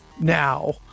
now